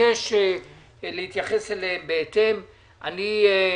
ביקשתי את ההצעה הזו לסדר כי העסקים הקטנים לא מטופלים.